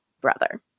brother